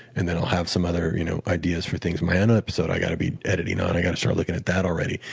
and then i'll have some other you know ideas for things. my end episode, i've got to be editing on. i've got to start looking at that already,